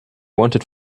wanted